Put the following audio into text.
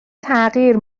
تغییر